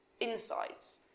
insights